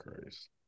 Christ